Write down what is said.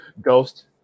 Ghost